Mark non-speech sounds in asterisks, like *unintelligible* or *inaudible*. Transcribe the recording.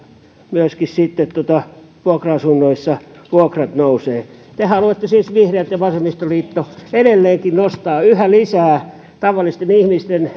myöskin sitten vuokra asunnoissa vuokrat nousevat te haluatte siis vihreät ja vasemmistoliitto edelleenkin nostaa yhä lisää tavallisten ihmisten *unintelligible*